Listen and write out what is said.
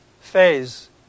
phase